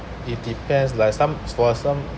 it depends like some school are some